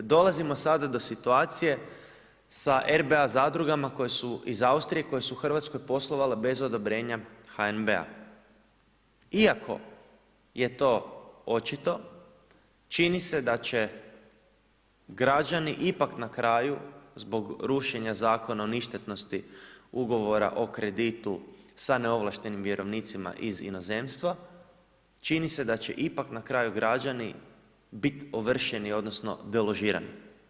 Dolazi sada do situacije sa RBA zadrugama koje su iz Austrije, koje su u Hrvatskoj poslovale bez odobrenja HNB-a, iako je to očito, čini se da će građani ipak na kraju, zbog rušenje Zakona o ništetnosti ugovora o kreditu sa neovlaštenim vjerovnicima iz inozemstva, čini se da će ipak na kraju građani, biti ovršeni odnosno, deložirani.